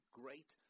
great